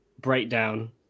breakdown